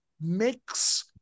makes